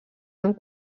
amb